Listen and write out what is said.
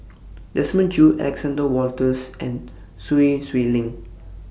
Desmond Choo Alexander Wolters and Sun Xueling